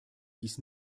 dies